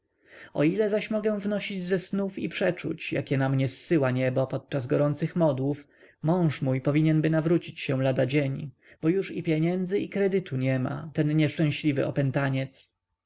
o ile zaś mogę wnosić ze snów i przeczuć jakie na mnie zsyła niebo podczas gorących modłów mąż mój powinienby nawrócić się ladadzień bo już i pieniędzy i kredytu nie ma ten nieszczęśliwy opętaniec